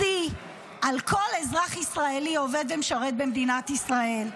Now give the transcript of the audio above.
שיא על כל אזרח ישראלי העובד ומשרת במדינת ישראל,